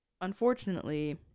unfortunately